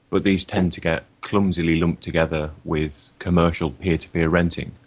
but these tend to get clumsily lumped together with commercial peer-to-peer renting.